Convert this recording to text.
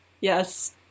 yes